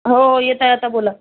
हो येत आहे आता बोला